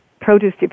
produce